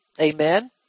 Amen